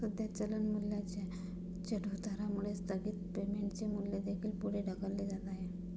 सध्या चलन मूल्याच्या चढउतारामुळे स्थगित पेमेंटचे मूल्य देखील पुढे ढकलले जात आहे